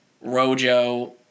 Rojo